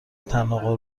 تنها